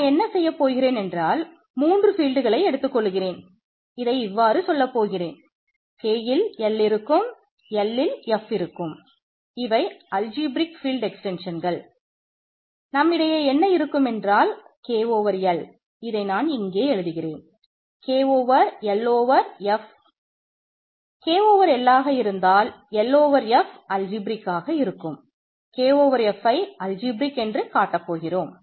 நான் என்ன செய்யப் போகிறேன் என்றால் மூன்று ஃபீல்ட்களை என்று காட்டப் போகிறோம்